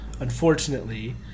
Unfortunately